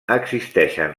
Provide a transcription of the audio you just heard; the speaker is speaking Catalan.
existeixen